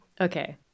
Okay